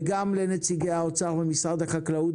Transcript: וגם לנציגי האוצר ומשרד החקלאות,